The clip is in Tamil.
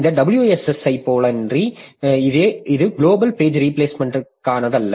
இந்த WSS ஐப் போலன்றி இது குளோபல் பேஜ் ரீபிளேஸ்மெண்ட்ற்கானதல்ல